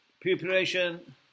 preparation